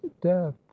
death